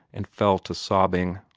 and fell to sobbing.